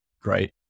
great